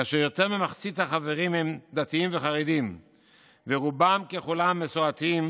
כאשר יותר ממחצית החברים הם דתיים וחרדים ורובם ככולם מסורתיים,